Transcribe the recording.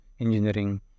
engineering